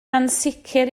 ansicr